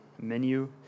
menu